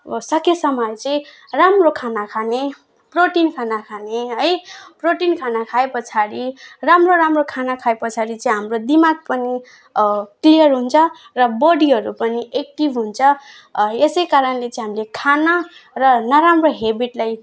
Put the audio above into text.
र सकेसम्म चाहिँ राम्रो खाना खाने प्रोटिन खाना खाने है प्रोटिन खाना खाए पछाडि राम्रो राम्रो खाना खाए पछाडि चाहिँ हाम्रो दिमाग पनि क्लियर हुन्छ र बडीहरू पनि एक्टिभ हुन्छ यसै कारणले चाहिँ हामीले खाना र नराम्रो ह्याबिटलाई